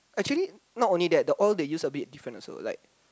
actually not only that the oil they use a bit different also like